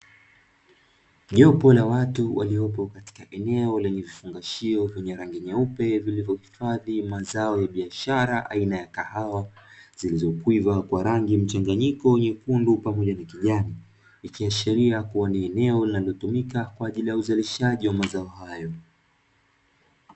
Jopo la watu waliopo katika eneo lenye vifungashio vyenye rangi nyeupe vilivyo hifadhi mazao ya biashara aina ya kahawa, zilizokwiva kwa rangi mchanganyiko nyekundu pamoja na kijani, ikiashiria kuwa ni eneo linalotumika kwa ajili ya uzalishaji wa mazao hayo.